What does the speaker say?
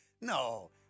no